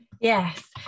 Yes